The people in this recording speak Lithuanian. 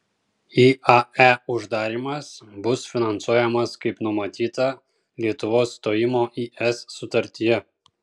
iae uždarymas bus finansuojamas kaip numatyta lietuvos stojimo į es sutartyje